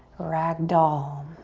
ragdoll.